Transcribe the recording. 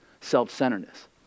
self-centeredness